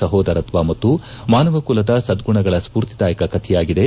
ಸಹೋದರತ್ವ ಮತ್ತು ಮಾನವ ಕುಲದ ಸದ್ಗುಣಗಳ ಸ್ಫೂರ್ತಿದಾಯಕ ಕಥೆಯಾಗಿದೆ